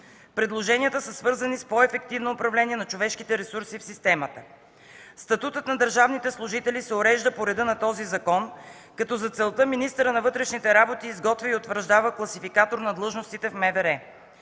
Предложенията са свързани с по-ефективно управление на човешките ресурси в системата. Статутът на държавните служители се урежда по реда на този закон, като за целта министърът на вътрешните работи изготвя и утвърждава Класификатор на длъжностите в МВР.